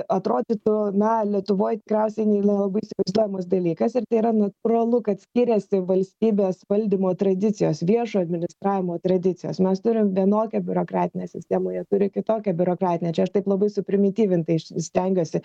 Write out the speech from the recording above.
atrodytų na lietuvoj tikriausiai nelabai įsivaizduojamas dalykas ir tai yra natūralu kad skiriasi valstybės valdymo tradicijos viešo administravimo tradicijos mes turim vienokią biurokratinę sistemą jie turi kitokią biurokratinę čia aš taip labai suprimityvintai š stengiuosi